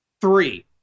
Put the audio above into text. Three